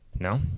No